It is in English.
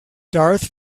darth